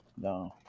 No